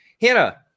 Hannah